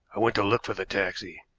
i went to look for the taxi.